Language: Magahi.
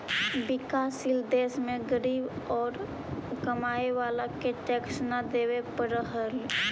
विकासशील देश में गरीब औउर कमाए वाला के टैक्स न देवे पडऽ हई